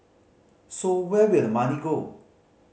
so where will the money go